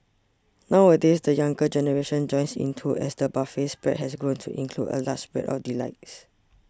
nowadays the younger generation joins in too as the buffet spread has grown to include a large spread of delights